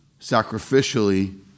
Sacrificially